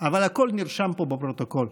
אבל הכול נרשם פה בפרוטוקול.